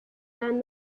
dann